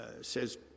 says